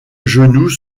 genoux